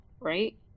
right